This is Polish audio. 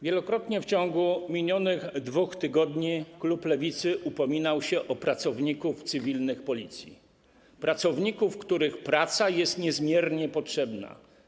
Wielokrotnie w ciągu minionych 2 tygodni klub Lewicy upominał się o pracowników cywilnych Policji, pracowników, których praca jest niezmiernie potrzebna.